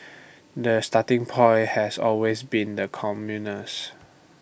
the starting point has always been the commuters